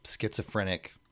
schizophrenic